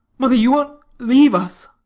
mother, you won't leave us?